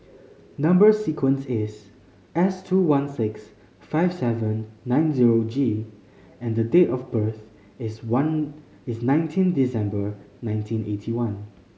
number sequence is S two one six five seven nine zero G and date of birth is one is nineteen December nineteen eighty one